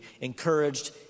encouraged